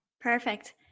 Perfect